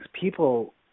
People